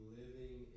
living